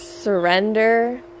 Surrender